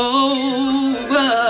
over